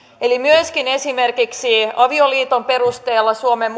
eli myöskin esimerkiksi avioliiton perusteella suomeen